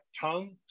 tongue